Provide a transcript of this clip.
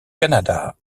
canada